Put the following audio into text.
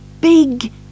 big